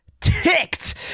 Ticked